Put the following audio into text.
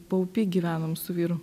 paupy gyvenom su vyru